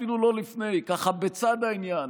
אפילו לא לפני, ככה בצד העניין.